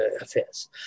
affairs